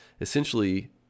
essentially